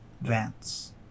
Vance